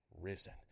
risen